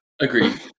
Agreed